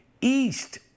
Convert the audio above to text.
east